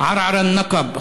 10% ערערה-בנגב,